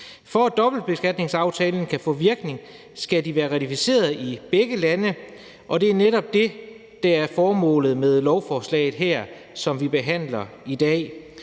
For at dobbeltbeskatningsaftalen kan få virkning, skal den være ratificeret i begge lande, og det er netop det, der er formålet med det lovforslag, som vi behandler her i dag.